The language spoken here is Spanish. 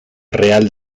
real